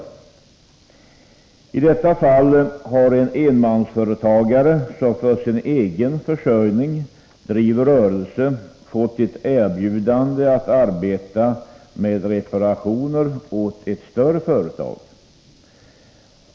den fackliga Mitt exempel gällde att en enmansföretagare som för sin egen försörjning — vetorätten enligt driver en rörelse har fått erbjudande att arbeta med reparationer åt ett större — medbestämmandeföretag.